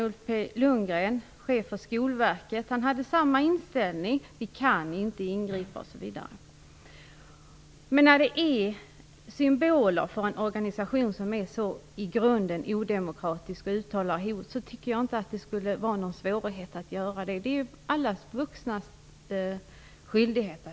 Ulf P. Lundgren hade samma inställning när han talade i radio: Vi kan inte ingripa. När det handlar om symboler för en organisation som är så i grunden odemokratisk och uttalar hot, tycker jag inte att det skulle vara någon svårighet att göra det. Det är alla vuxnas skyldighet.